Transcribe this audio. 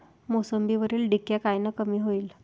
मोसंबीवरील डिक्या कायनं कमी होईल?